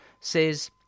says